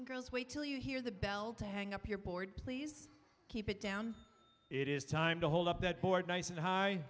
and girls wait till you hear the bell to hang up your board please keep it down it is time to hold up that board nice and high